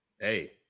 Hey